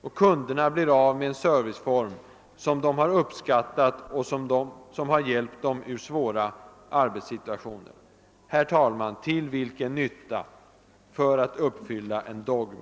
Och kunderna blir av med en serviceform som de har uppskattat och som har hjälpt dem ur svåra arbetssituationer. Herr talman! Till vilken nytta? För att uppfylla en dogm!